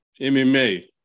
MMA –